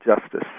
justice